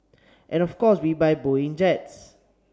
and of course we buy Boeing jets